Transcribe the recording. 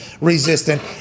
resistant